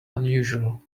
unusual